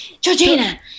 Georgina